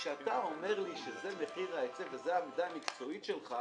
כשאתה אומר לי שזה מחיר ההיצף וזאת העמדה המקצועית שלך,